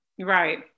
Right